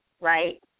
right